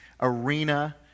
arena